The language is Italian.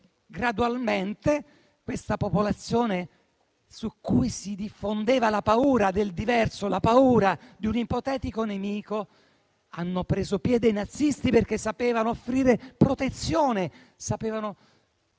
Gradualmente tra quella popolazione, dove si diffondevano la paura del diverso e la paura di un ipotetico nemico, hanno preso piede i nazisti, perché sapevano offrire protezione e